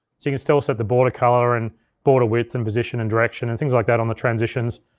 so you can still set the border color, and border width, and position, and direction, and things like that on the transitions.